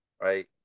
right